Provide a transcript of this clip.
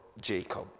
Jacob